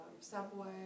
Subway